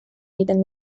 egiten